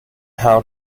how